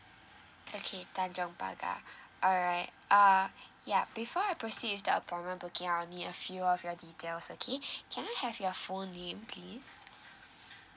okay tanjong pagar alright uh yup before I proceed with the appointment booking I'll need a few of your details okay can I have your full name please